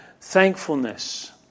thankfulness